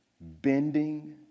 bending